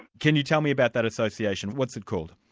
can you tell me about that association, what's it called?